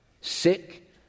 sick